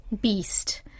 beast